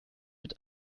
mit